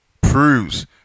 proves